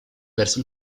verso